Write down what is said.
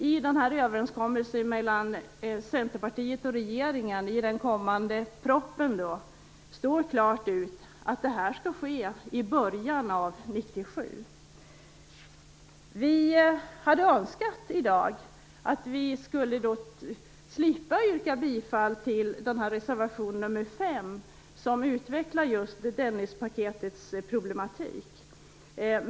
I överenskommelsen mellan Centerpartiet och regeringen, dvs. i den kommande propositionen står klart uttryckt att detta skall ske i början av 1997. Vi hade önskat att vi i dag skulle slippa yrka bifall till reservation nr 5 som utvecklar problemen i Dennisöverenskommelsen.